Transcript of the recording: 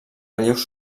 relleus